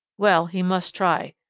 well, he must try.